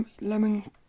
lemon